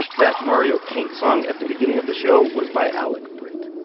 that mario paint song at the beginning of the show was by alec britt.